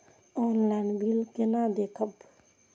Online bill केना देखब?